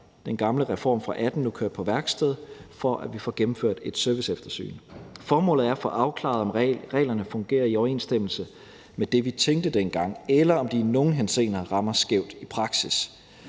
den gamle reform fra 2018 nu kørt på værksted, for at vi får gennemført et serviceeftersyn. Formålet er at få afklaret, om reglerne fungerer i overensstemmelse med det, vi tænkte dengang, eller om de i nogle henseender rammer skævt i praksis.